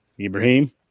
Ibrahim